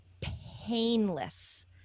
painless